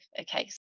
Okay